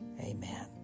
Amen